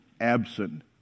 absent